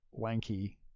wanky